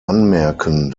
anmerken